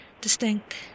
distinct